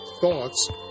thoughts